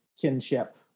kinship